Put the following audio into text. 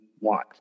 want